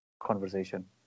conversation